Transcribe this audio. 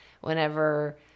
whenever